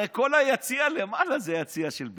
הרי כל היציע למעלה זה יציע של בידוד.